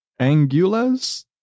Angulas